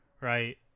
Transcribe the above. right